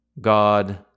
God